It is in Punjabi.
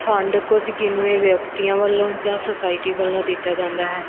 ਫੰਡ ਕੁਝ ਗਿਨਵੇ ਵਿਅਕਤੀਆਂ ਵੱਲੋਂ ਜਾਂ ਸੋਸਾਇਟੀ ਵੱਲੋਂ ਦਿੱਤਾ ਜਾਂਦਾ ਹੈ